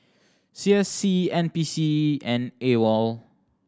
C S C N P C and AWOL